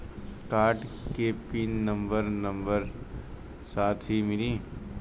Card के pin number number साथही मिला?